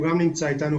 הוא גם נמצא איתנו,